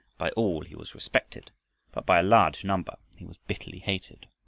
by all he was respected, but by a large number he was bitterly hated.